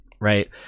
right